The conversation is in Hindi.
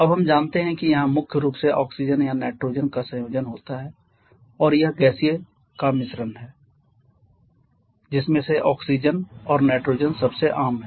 अब हम जानते हैं कि यहाँ मुख्य रूप से ऑक्सीजन या नाइट्रोजन का संयोजन होता है और यह गैसीय का मिश्रण है जिसमें से ऑक्सीजन और नाइट्रोजन सबसे आम हैं